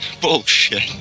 Bullshit